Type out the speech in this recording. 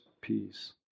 peace